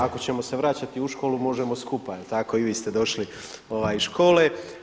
Ako ćemo se vraćati u školu možemo skupa, jel' tako i vi ste došli iz škole.